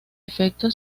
efecto